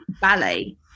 ballet